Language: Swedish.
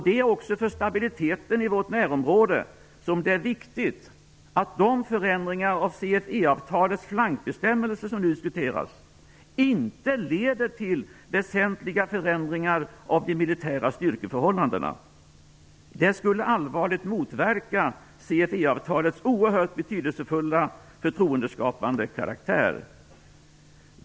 Det är också för stabiliteten i vårt närområde som det är viktigt att de förändringar av CFE-avtalets flankbestämmelser som nu diskuteras inte leder till väsentliga förändringar av de militära styrkeförhållandena. Det skulle allvarligt motverka CFE-avtalets oerhört betydelsefulla förtroendeskapande karaktär.